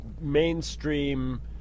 mainstream